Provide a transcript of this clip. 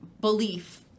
belief